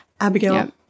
abigail